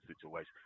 situation